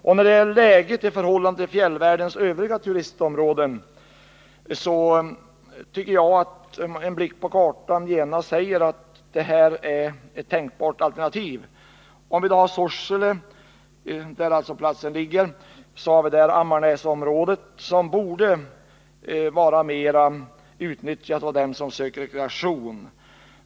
Och när det gäller läget i förhållande till fjällvärldens övriga turistområden tycker jag att en blick på kartan genast ger vid handen att denna plats är ett tänkbart alternativ. I Sorsele, där platsen alltså ligger, har vi även Ammarnäsområdet, som borde vara mer utnyttjat av dem som söker rekreation.